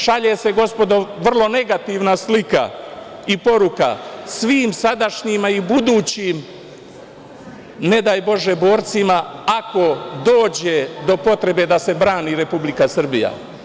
Šalje se, gospodo vrlo negativna slika i poruka svim sadašnjim i budućim, ne daj bože, borcima ako dođe do potrebe da se brani Republike Srbija.